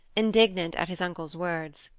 indignant at his uncle's words.